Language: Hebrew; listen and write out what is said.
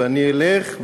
ואני אלך,